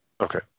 okay